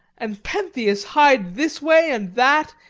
and pentheus hied this way and that,